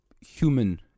human